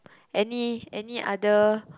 any any other